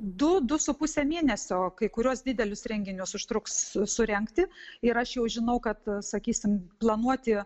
du du su puse mėnesio kai kuriuos didelius renginius užtruks surengti ir aš jau žinau kad sakysim planuoti